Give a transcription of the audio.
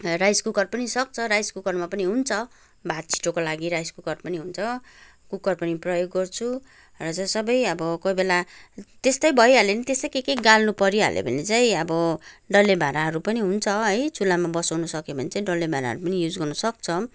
rice cooker पनि सक्छ rice कुकरमा पनि हुन्छ भात छिटोको लागि राइस कुकर पनि हुन्छ कुकर पनि प्रयोग गर्छु र चाहिँ सबै अब कोही बेला त्यस्तै भइहाल्यो भने त्यस्तै के के गाल्नुपरिहाल्यो भने चाहिँ अब डल्ले भाँडाहरू पनि हुन्छ है चुलामा बसाउनु सक्यो भने चाहिँ डल्ले भाँडाहरू पनि युज गर्न सक्छौँ